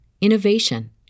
innovation